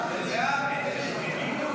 מתן דרכון לעולה),